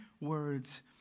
words